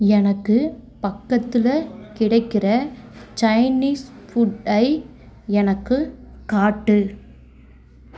எனக்கு பக்கத்தில் கிடைக்கிற சைனீஸ் ஃபுட்டை எனக்கு காட்டு